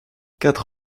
quatre